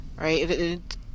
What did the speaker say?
right